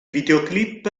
videoclip